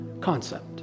concept